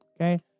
okay